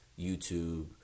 YouTube